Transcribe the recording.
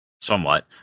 Somewhat